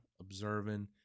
observing